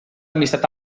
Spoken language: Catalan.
amistat